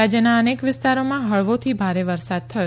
રાજ્યના અનેક વિસ્તારોમાં હળવાથી ભારે વરસાદ થયો